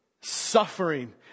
suffering